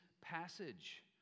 passage